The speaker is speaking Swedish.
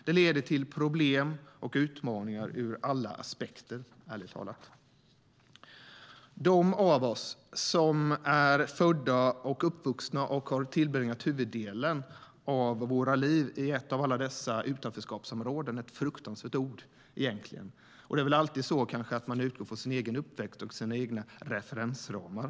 Det leder till problem och utmaningar ur alla aspekter, ärligt talat. En del av oss är födda och uppvuxna och har tillbringat huvuddelen av våra liv i ett av alla dessa utanförskapsområden - ett fruktansvärt ord egentligen - som finns över hela landet. Det är väl alltid så att man utgår från sin egen uppväxt och sina egna referensramar.